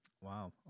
Wow